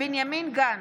בנימין גנץ,